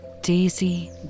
Daisy